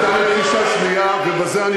אתה יודע כמה אנשים בבאר-שבע לא משלמים